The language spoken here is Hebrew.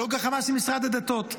לא גחמה של משרד הדתות,